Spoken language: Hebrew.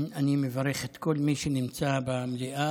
אני מברך את כל מי שנמצא במליאה,